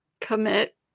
commit